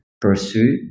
pursue